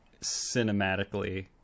cinematically